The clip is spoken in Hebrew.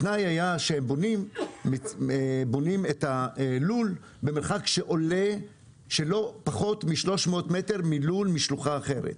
התנאי היה שבונים את הלול במרחק שלא יפחת מ-300 מטר מלול משלוחה אחרת.